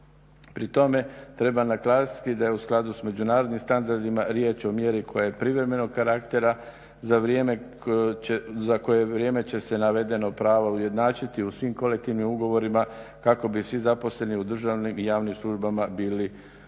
Pri tome treba naglasiti da je u skladu sa međunarodnim standardima riječ o mjeri koja je privremenog karaktera za koje vrijeme će se navedeno pravo ujednačiti u svim kolektivnim ugovorima kako bi svi zaposleni u državnim i javnim službama bili u